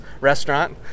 restaurant